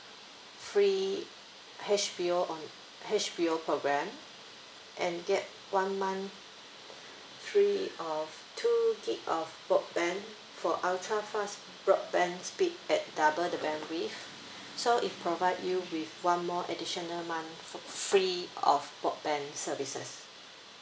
free H_B_O onl~ H_B_O program and get one month free of two gig of broadband for ultra-fast broadband speed at double the bandwidth so it provide you with one more additional month f~ free of broadband services